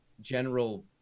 general